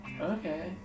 Okay